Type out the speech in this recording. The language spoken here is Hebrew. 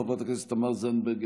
חברת הכנסת תמר זנדברג,